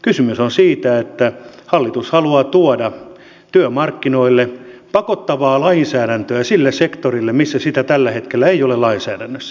kysymys on siitä että hallitus haluaa tuoda työmarkkinoille pakottavaa lainsäädäntöä sille sektorille missä sitä tällä hetkellä ei ole lainsäädännössä